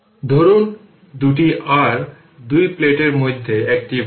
সুতরাং মূলত এটি থেকে আপনি জানতে পারবেন যে আসলে y এক্সিসটি v t